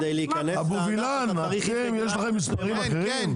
אבו וילן, יש לכם מספרים אחרים?